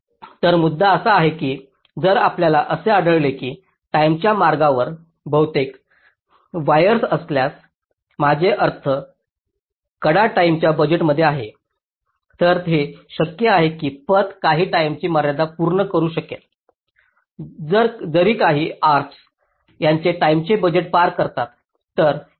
तर मुद्दा असा आहे की जर आपल्याला असे आढळले की टाईमच्या मार्गावर बहुतेक तारे असल्यास माझे अर्थ कडा टाईमच्या बजेटमध्ये आहेत तर हे शक्य आहे की पथ काही टाईमची मर्यादा पूर्ण करू शकेल जरी काही आर्क्स त्यांचे टाईमचे बजेट पार करतात